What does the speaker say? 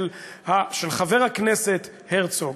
של חבר הכנסת הרצוג?